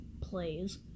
plays